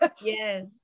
yes